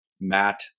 Matt